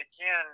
again